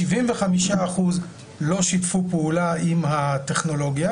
75 אחוז לא שיתפו פעולה עם הטכנולוגיה,